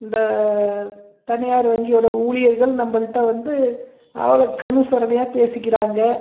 இந்த தனியார் வங்கியோடய ஊழியர்கள் நம்பகிட்ட வந்து அவ்வளோ கணுசரணையா பேசிக்கிறாங்க